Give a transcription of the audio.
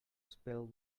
spilled